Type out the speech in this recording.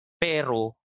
pero